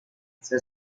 ser